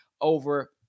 Over